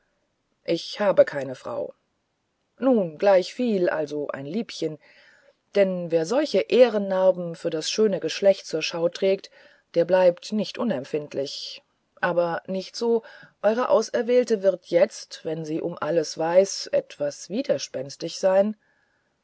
ich habe keine frau nun gleichviel also ein liebchen denn wer solche ehrennarben für das schöne geschlecht zur schau trägt der bleibt nicht unempfindlich aber nicht so eure auserwählte wird jetzt wenn sie nun alles weiß etwas widerspenstig sein